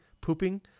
pooping